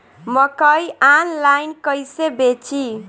मकई आनलाइन कइसे बेची?